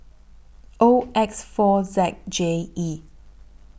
O X four Z J E